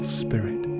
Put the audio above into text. spirit